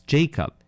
Jacob